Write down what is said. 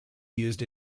used